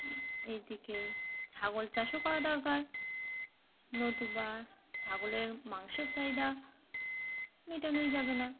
এদিকে ছাগল চাষও করা দরকার নতুবা ছাগলের মাংসের চাহিদা মেটানোই যাবে না